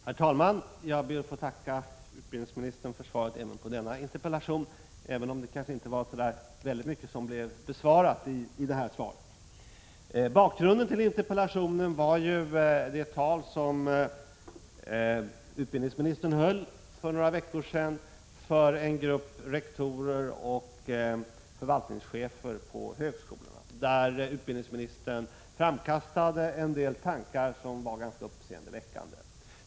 Herr talman! Jag ber att få tacka utbildningsministern också för svaret på denna interpellation, även om det kanske inte var så mycket som blev besvarat. Bakgrunden till interpellationen var det tal som utbildningsministern höll för några veckor sedan inför en grupp rektorer och förvaltningschefer på högskolorna. Utbildningsministern framkastade där en del tankar som var ganska uppseendeväckande.